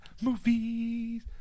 movies